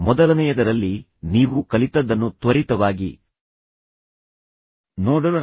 ಮೊದಲನೆಯದರಲ್ಲಿ ನೀವು ಕಲಿತದ್ದನ್ನು ತ್ವರಿತವಾಗಿ ನೋಡೋಣ